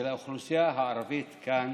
שלאוכלוסייה הערבית כאן